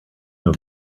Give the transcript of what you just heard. nur